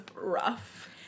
rough